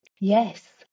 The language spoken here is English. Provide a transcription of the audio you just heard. Yes